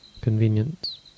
convenience